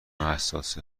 حساسه